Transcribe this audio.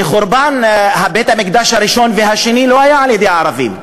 שחורבן בית-המקדש הראשון והשני לא היה על-ידי ערבים,